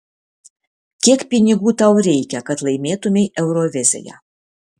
kiek pinigų tau reikia kad laimėtumei euroviziją